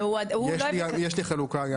יש לי חלוקה.